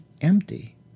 empty